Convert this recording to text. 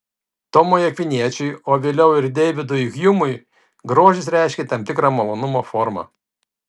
tomui akviniečiui o vėliau ir deividui hjumui grožis reiškė tam tikrą malonumo formą